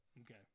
Okay